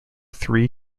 three